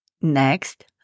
Next